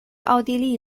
奥地利